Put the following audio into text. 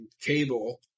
cable